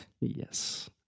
Yes